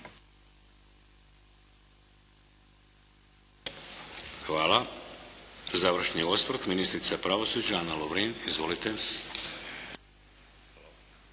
Hvala. Završni osvrt, ministrica pravosuđa, Ana Lovrin. Izvolite.